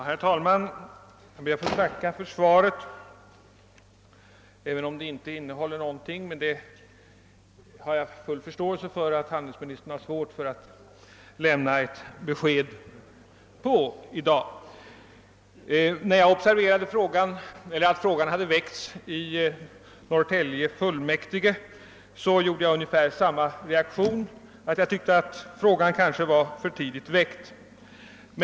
Herr talman! Jag ber att få tacka för svaret. Jag har full förståelse för att handelsministern har svårt för att i dag lämna ett besked. När jag observerade att frågan hade väckts i Norrtälje fullmäktige, tyckte även jag att det var tidigt.